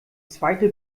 zweite